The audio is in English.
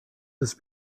this